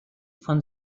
von